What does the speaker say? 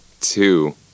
Two